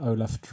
Olaf